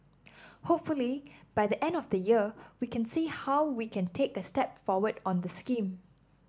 hopefully by the end of the year we can see how we can take a step forward on the scheme